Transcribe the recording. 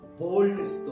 boldness